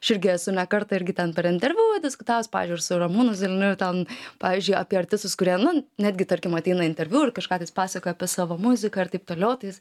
aš irgi esu ne kartą irgi ten per interviu diskutavus pavyzdžiui ir su ramūnu zilniu ten pavyzdžiui apie artistus kurie nu netgi tarkim ateina interviu ir kažką tais pasakoja apie savo muziką ar taip toliau tais